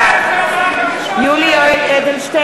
בעד (קוראת בשמות חברי הכנסת) יולי יואל אדלשטיין,